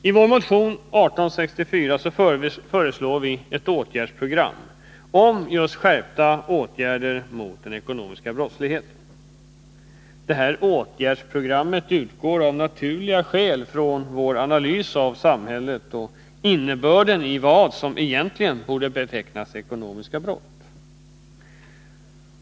I motion 1864 föreslår vi ett åtgärdsprogram om skärpta åtgärder mot den ekonomiska brottsligheten. Detta åtgärdsprogram utgår av naturliga skäl från vår analys av samhället och innebörden i vad som egentligen borde betecknas som ekonomiska brott.